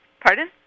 Pardon